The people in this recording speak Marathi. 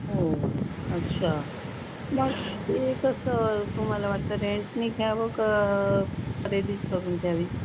हो अच्छा मग ते कसं तुम्हाला वाटतं रेंटने घ्यावं का खरेदीच करून घ्यावी